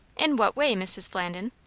in what way, mrs. flandin?